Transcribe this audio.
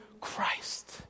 Christ